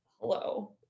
Hello